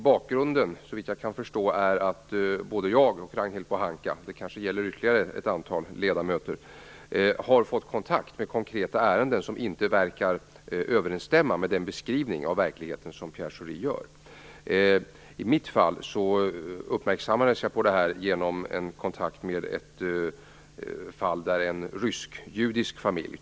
Bakgrunden är att både jag och Ragnhild Pohanka - det kanske också gäller ett ytterligare antal ledamöter - har fått kontakt med konkreta ärenden där handläggningen inte verkar överensstämma med den beskrivning av verkligheten som I mitt fall uppmärksammades jag på problemet genom en kontakt med en rysk-judisk familj.